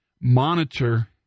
monitor